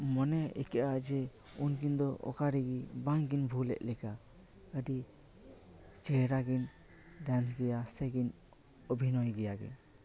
ᱢᱚᱱᱮ ᱟᱹᱭᱠᱟᱜᱼᱟ ᱡᱮ ᱩᱱᱠᱤᱱ ᱫᱚ ᱚᱠᱟᱨᱮᱜᱮ ᱵᱟᱝᱠᱤᱱ ᱵᱷᱩᱞ ᱮᱫ ᱞᱮᱠᱟ ᱟᱹᱰᱤ ᱪᱮᱦᱮᱨᱟ ᱠᱤᱱ ᱰᱟᱱᱥ ᱜᱮᱭᱟ ᱥᱮᱠᱤᱱ ᱚᱵᱷᱤᱱᱚᱭ ᱜᱮᱭᱟᱠᱤᱱ